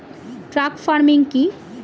Truck farming কি?